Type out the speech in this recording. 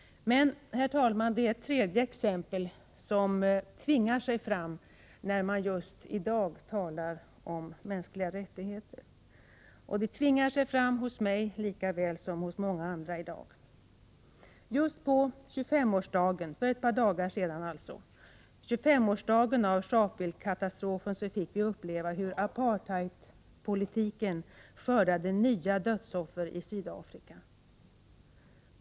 Herr talman! Det är ett tredje exempel som tvingar sig fram hos mig lika väl som hos många andra när vi just i dag talar om mänskliga rättigheter. För ett par dagar sedan, just på 25-årsdagen av Sharpevillekatastrofen, fick vi uppleva hur apartheidpolitiken skördade nya dödsoffer i Sydafrika.